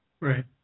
Right